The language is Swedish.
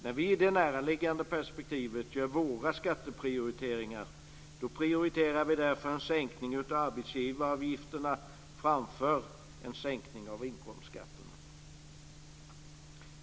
När vi i det närliggande perspektivet gör våra skatteprioriteringar, prioriterar vi därför en sänkning av arbetsgivaravgifterna framför en sänkning av inkomstskatterna.